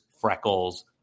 freckles